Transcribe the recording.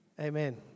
Amen